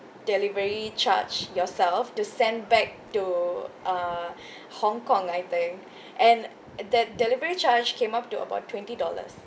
delivery charge yourself to send back to uh hongkong I think and that delivery charge came up to about twenty dollars